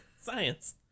Science